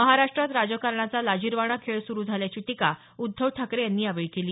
महाराष्ट्रात राजकारणाचा लाजिखाणा खेळ सुरू झाल्याची टीका उद्धव ठाकरे यांनी यावेळी केली